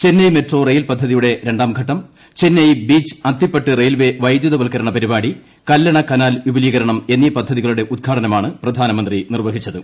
Chennai metro rail പദ്ധതിയുടെ രണ്ടാം ഘട്ടം ചെന്നൈ ബീച്ച് അത്തിപ്പട്ട് റെയിൽവേ വൈദ്യുതവൽക്കരണ പരിപാടി കല്ലണ കനാൽ വിപുലീകരണം എന്നീ പദ്ധതികളുടെ ഉദ്ഘാടനമാണ് പ്രധാനമന്ത്രി നിർവഹിച്ചത്